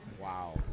Wow